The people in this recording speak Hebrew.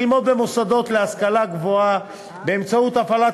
ללמוד במוסדות להשכלה גבוהה באמצעות הפעלת